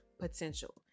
potential